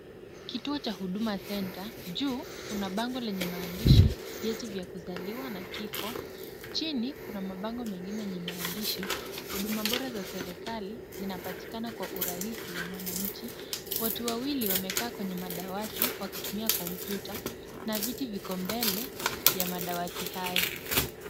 Kituo cha Huduma Centre. Juu kuna bango yenye maandishi vyeti vya kuzaliwa na kifo. Chini kuna mabango mengine yenye maandishi huduma bora za serikali zinapatikana kwa urahisi wa mwananchi. Watu wawili wamekaa kwenye madawati wakitumia kompyuta na viti viko mbele ya madawati hayo.